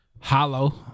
hollow